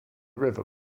river